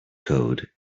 code